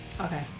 Okay